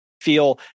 feel